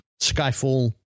skyfall